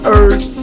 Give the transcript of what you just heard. earth